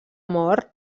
mort